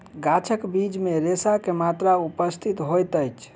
गाछक बीज मे रेशा के मात्रा उपस्थित होइत अछि